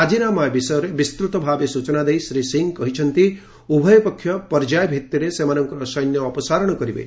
ରାଜିନାମା ବିଷୟରେ ବିସ୍ତତି ଭାବେ ସ୍ବଚନା ଦେଇ ଶ୍ରୀ ସିଂ କହିଛନ୍ତି ଉଭୟ ପକ୍ଷ ପର୍ଯ୍ୟାୟ ଭିତ୍ତିରେ ସେମାନଙ୍କର ସୈନ୍ୟ ଅପସାରଣ କରିବେ